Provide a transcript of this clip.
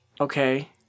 Okay